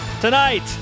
Tonight